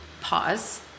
pause